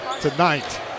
tonight